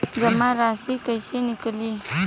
जमा राशि कइसे निकली?